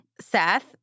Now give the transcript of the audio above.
Seth